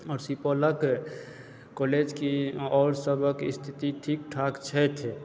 आओर सुपौलक कॉलेज की आओर सभक स्थिति ठीक ठाक छथि